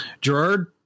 Gerard